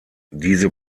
diese